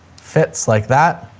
fits like that.